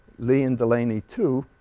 lee and delaney, too,